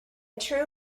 true